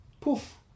poof